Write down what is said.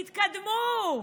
תתקדמו.